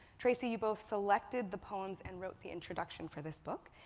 tracy, you both selected the poems and wrote the introduction for this book.